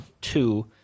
two